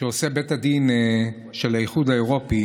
שעושה בית הדין של האיחוד האירופי